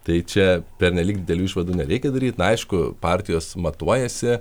tai čia pernelyg didelių išvadų nereikia daryti aišku partijos matuojasi